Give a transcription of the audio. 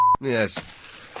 yes